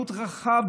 שירות רחב.